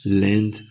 land